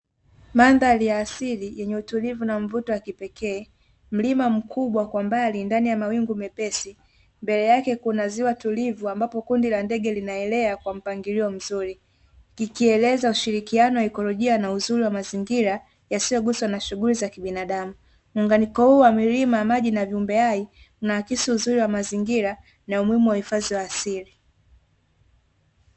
Mandhari ya asili yenye utulivu na mvuto wa kipekee, mlima mkubwa kwa mbali ndani ya mawingu mepesi mbele yake kuna ziwa tulivu ambapo kundi la ndege linaelea kwa mpangilio mzuri, kikieleza ushirikiano wakiekolojia na uzuri wa mazingira yasiyoguswa na shughuli za kibinadamu, muunganiko huo wa milima, maji na viumbe hai unaakisi uzuri wa mazingira na umuhimu wa hifadhi ya asili.